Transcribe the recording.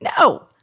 No